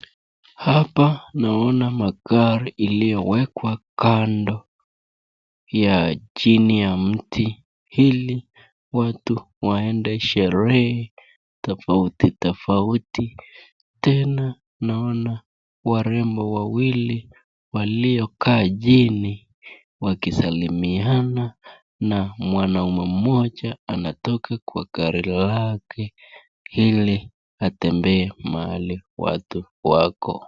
Hapa naona magari iliowekwa kando ya chini ya mti ili watu waende sherehe tofauti tofauti, tena naona warembo wawili waliokaa chini wakisalimiana na mwanaume mmoja anatoka kwa gari lake ili atembee mahali watu wako.